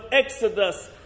Exodus